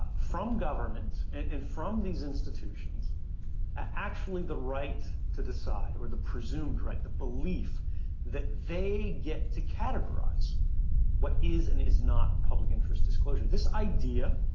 from government and and from these institutions actually the right to decide, or the presumed right. the belief that they get to categorize what is and is not public interest disclosure. this idea